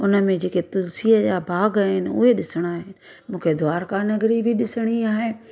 उनमें जेके तुलसीअ जा बाग़ आहिनि उहे ॾिसणा आहिनि मूंखे द्वारका नगरी बि ॾिसणी आहे